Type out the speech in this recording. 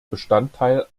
bestandteil